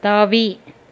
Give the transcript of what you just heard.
தாவி